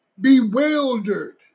Bewildered